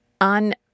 On